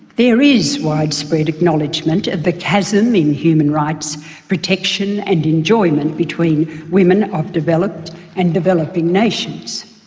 there is widespread acknowledgement of the chasm in human rights protection and enjoyment between women of developed and developing nations.